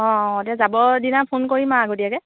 অঁ অঁ এতিয়া যাবৰ দিনা ফোন কৰিম আৰু আগতীয়াকৈ